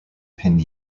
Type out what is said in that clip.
pinned